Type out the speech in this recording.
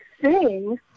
sing